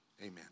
Amen